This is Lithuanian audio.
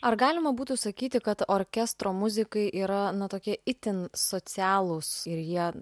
ar galima būtų sakyti kad orkestro muzikai yra na tokie itin socialūs ir jie